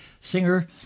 singer